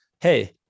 hey